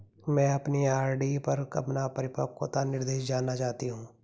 मैं अपनी आर.डी पर अपना परिपक्वता निर्देश जानना चाहती हूँ